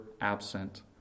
absent